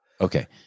Okay